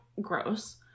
gross